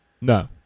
No